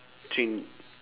three